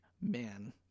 man